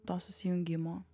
to susijungimo